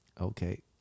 okay